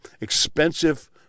expensive